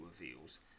reveals